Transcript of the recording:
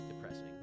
depressing